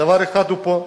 הדבר האחד הוא מים.